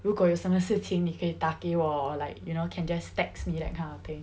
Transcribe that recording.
如果有什么事情你可以打给我 or like you know can just text me that kind of thing